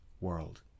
world